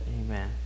Amen